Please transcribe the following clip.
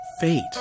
fate